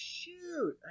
Shoot